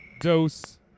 Dose